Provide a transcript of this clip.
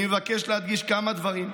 אני מבקש להדגיש כמה דברים: